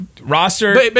roster